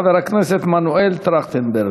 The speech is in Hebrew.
חבר הכנסת מנואל טרכטנברג.